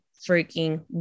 freaking